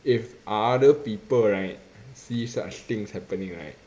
if other people right see such things happening right